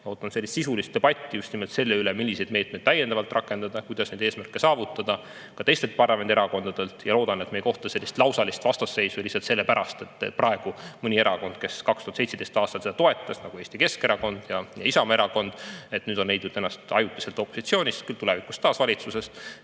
Ootan sisulist debatti just nimelt selle üle, milliseid meetmeid täiendavalt rakendada ja kuidas neid eesmärke saavutada, ka teistelt parlamendierakondadelt. Loodan, et me ei kohta lausalist vastasseisu lihtsalt sellepärast, et praegu mõni erakond, kes 2017. aastal seda toetas, nagu Eesti Keskerakond ja Isamaa Erakond, on leidnud ennast ajutiselt opositsioonis olevat. Küll tulevikus ollakse taas valitsuses.